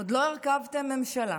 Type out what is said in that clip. עוד לא הרכבתם ממשלה,